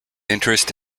interest